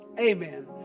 amen